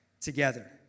together